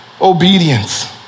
Obedience